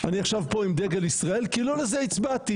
אני עכשיו פה עם דגל ישראל כי לא לזה הצבעתי.